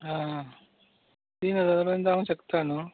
आं तीन हजारान जावंक शकता न्हूं